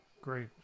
Great